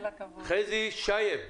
חזי שייב,